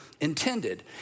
intended